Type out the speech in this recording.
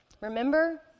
Remember